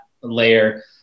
layer